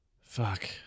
fuck